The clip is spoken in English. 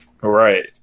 right